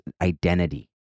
identity